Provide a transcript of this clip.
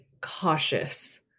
cautious